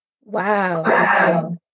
Wow